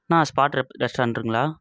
அண்ணா spot ரெப் ரெஸ்டாரெண்ட்டுங்களா